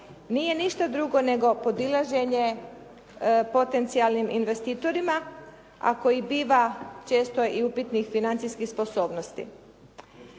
Nije ništa drugo nego podilaženje potencijalnim investitorima a koji biva često je i upitnih financijskih sposobnosti.